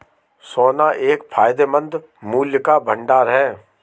सोना एक फायदेमंद मूल्य का भंडार है